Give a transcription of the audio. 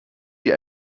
sie